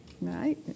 Right